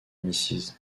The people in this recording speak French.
mrs